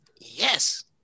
Yes